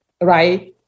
Right